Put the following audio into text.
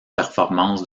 performances